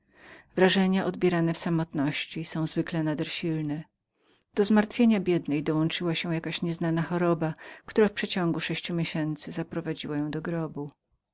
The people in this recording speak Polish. wrażenia odbierane w samotności są zwykle nader silne do zmartwienia biednej dołączyła się jakaś nieznana choroba która w przeciągu sześciu miesięcy zaprowadziła ją do grobu